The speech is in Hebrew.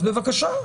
בבקשה.